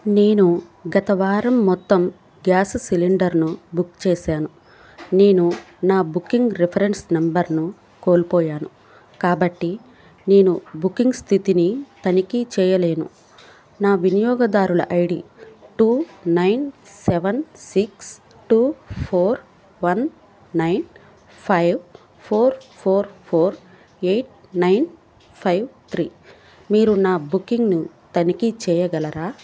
నేను గత వారం మొత్తం గ్యాస్ సిలిండర్ను బుక్ చేసాను నేను నా బుకింగ్ రిఫరెన్స్ నంబర్ను కోల్పోయాను కాబట్టి నేను బుకింగ్ స్థితిని తనిఖీ చెయ్యలేను నా వినియోగదారుల ID two nine seven six two four one nine five four four four eight nine five three మీరు నా బుకింగ్ను తనిఖీ చెయ్యగలరా